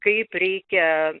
kaip reikia